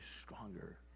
stronger